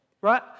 Right